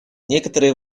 некоторые